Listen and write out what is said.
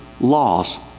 laws